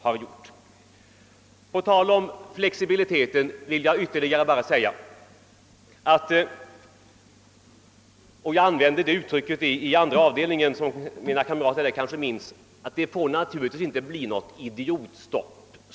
Vad sedan flexibiliteten angår vill jag använda samma uttryck som i andra avdelningen -— vilket jag förmodar att ledamöterna där minns — nämligen att det naturligtvis inte får bli något idiotstopp.